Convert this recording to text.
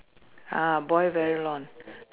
ah boil very long